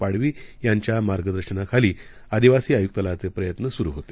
पाडवी यांच्या मार्गदर्शनाखाली आदिवासी आयुक्तालयाचे प्रयत्न सुरु होते